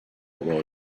although